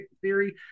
theory